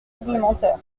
supplémentaire